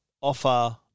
offer